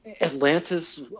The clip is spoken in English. Atlantis